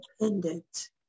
independent